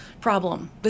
problem